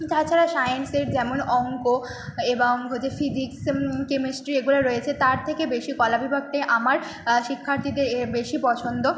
তাছাড়া সাইন্সের যেমন অঙ্ক এবং হচ্ছে ফিজিক্স কেমিস্ট্রি এগুলো রয়েছে তার থেকে বেশি কলাবিভাগকে আমার শিক্ষার্থীদের এ বেশি পছন্দ